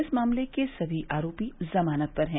इस मामले के सभी आरोपी जमानत पर हैं